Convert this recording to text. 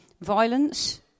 violence